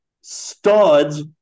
studs